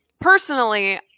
Personally